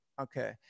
Okay